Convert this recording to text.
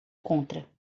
contra